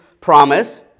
promise